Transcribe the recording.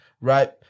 right